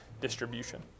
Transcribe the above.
distribution